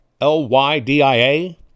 L-Y-D-I-A